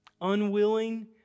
Unwilling